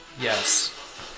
Yes